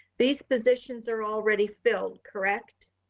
these positions are already filled, correct?